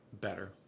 better